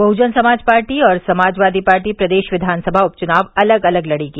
Bahujan Samaj party और Samajwadi party प्रदेश विधानसभा उपच्नाव अलग अलग लड़ेगी